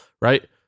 right